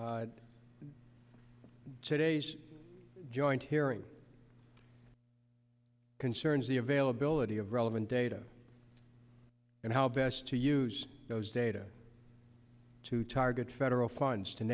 today's joint hearing concerns the availability of relevant data and how best to use those data to target federal funds to